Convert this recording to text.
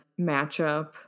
matchup